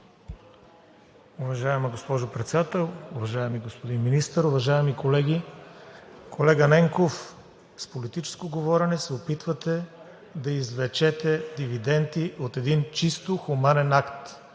Уважаема госпожо Председател, уважаеми господин Министър, уважаеми колеги! Колега Ненков, с политическо говорене се опитвате да извлечете дивиденти от един чисто хуманен акт,